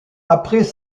après